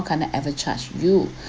can I ever charge you